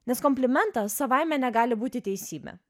nes komplimentas savaime negali būti teisybė